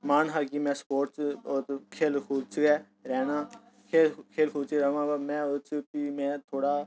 मन हा कि में स्पोर्टस च और खेल कूद च गै रैह्ना खेल कूद च गै र'वां पर में ओह्दे च बी में थोह्ड़ा